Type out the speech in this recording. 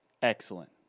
Excellent